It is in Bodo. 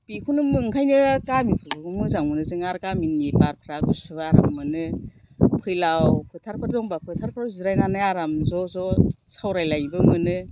बेखौनो ओंखायनो गामिखौबो मोजां मोनो जों आरो गामिनि बारफ्रा गुसु आराम मोनो फैलाव फोथारफोर दंबा फोथारफोरफ्राव जिरायनानै आराम ज' ज' सावरायलायनोबो मोनो